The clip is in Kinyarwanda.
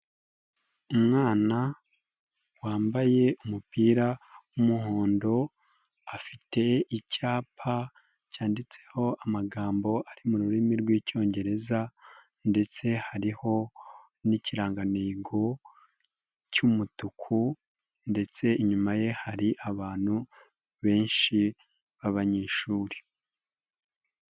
Umwana wambaye umupira w'umuhondo afite icyapa cyanditseho amagambo ari mu rurimi rw'Icyongereza ndetse hariho n'ikirantego cy'umutuku ndetse inyuma ye hari abantu benshi b'abanyeshuri.